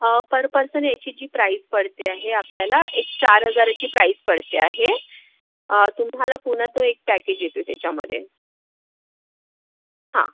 अं पर पर्सन ह्याची जी प्राइज पडते आहे आपल्याला एक चार हजाराची प्राइज पडते आहे अं तुम्हाला पुण्यातून एक पॅकेज येतं त्याच्यामधे हां